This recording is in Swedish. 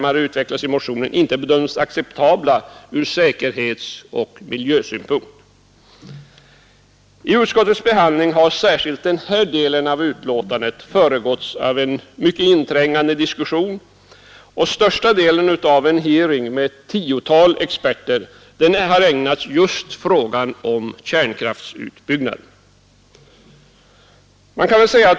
I utskottets behandling har särskilt denna del av betänkandet föregåtts av mycket inträngande diskussion, och största delen av en hearing med ett tiotal experter har ägnats just åt frågor rörande kärnkraftsutbyggnaden.